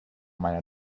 meine